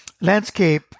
landscape